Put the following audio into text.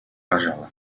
rajola